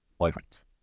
boyfriends